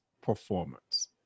performance